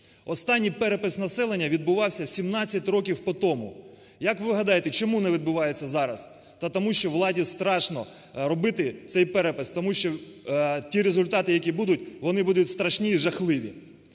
Останній перепис населення відбувався 17 років по тому. Як ви гадаєте, чому не відбувається зараз? Та тому що владі страшно робити цей перепис, тому що ті результати, які будуть, вони будуть страшні і жахливі.